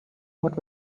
what